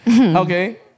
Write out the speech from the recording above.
Okay